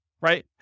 right